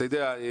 אתה יודע,